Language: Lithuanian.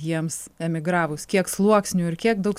jiems emigravus kiek sluoksnių ir kiek daug